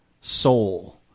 soul